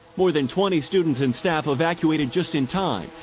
more than twenty students and staff evacuated just in time.